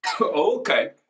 okay